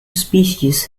species